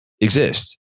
exist